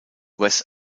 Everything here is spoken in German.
wes